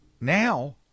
now